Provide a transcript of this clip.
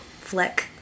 flick